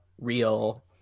real